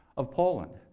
of poland.